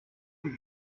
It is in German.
die